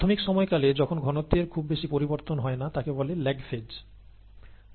প্রাথমিক সময়কালে যখন ঘনত্বের খুব বেশি পরিবর্তন হয় না তাকে বলা হয় 'ল্যাগ ফেজ'